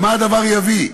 למה הדבר יביא?